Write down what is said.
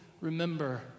remember